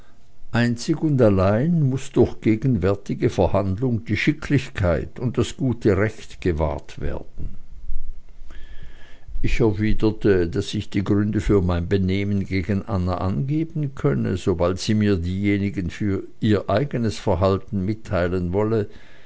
einzig und allein muß durch gegenwärtige verhandlung die schicklichkeit und das gute recht gewahrt werden ich erwiderte daß ich die gründe für mein benehmen gegen anna angeben könne sobald sie mir diejenigen für ihr eigenes verhalten mitteilen wolle